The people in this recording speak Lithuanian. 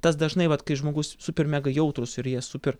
tas dažnai vat kai žmogus super mega jautrūs ir jie super